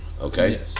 okay